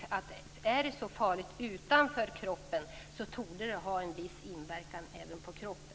Om det är så farligt utanför kroppen, torde det ha en viss inverkan även på kroppen.